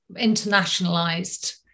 internationalized